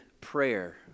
prayer